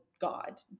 God